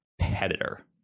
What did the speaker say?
competitor